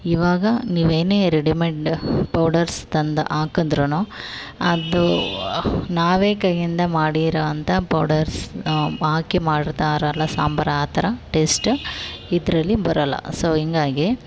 ಇವಾಗ ನೀವೇನೇ readymade powders ತಂದು ಹಾಕುದ್ರು ಅದು ನಾವೇ ಕೈಯಿಂದ ಮಾಡಿರುವಂಥ ಪೌಡರ್ಸ್ ಹಾಕಿ ಮಾಡಿರ್ತಾರಲ್ಲ ಸಾಂಬಾರ್ ಆ ಥರ ಟೇಸ್ಟ್ ಇದರಲ್ಲಿ ಬರೋಲ್ಲ ಸೋ ಹೀಗಾಗಿ